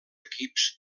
equips